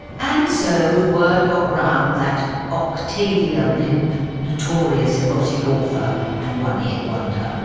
and so the word got round that octavia blimp, notorious erotic author and one hit wonder,